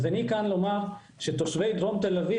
אז אני כאן לומר שתושבי דרום תל אביב